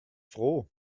froh